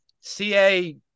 CA